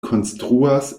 konstruas